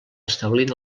establint